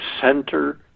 center